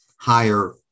higher